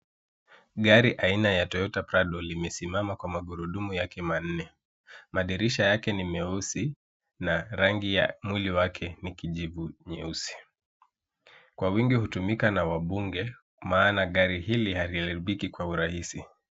Gari aina ya toyota prado imesimama kwa magurudumu yake manne. Madirisha yake ni meusi na rangi ya mwili wake ni kijivu nyeusi. Kwa wingi hutumika na wabunge maana gari hili haliharibiki kwa urahisi.